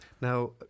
Now